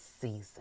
season